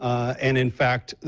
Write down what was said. um and in fact,